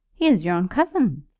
he is your own cousin.